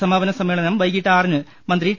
സ്മാപന സമ്മേ ളനം വൈകിട്ട് ആറിന് മന്ത്രി ടി